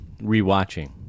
Rewatching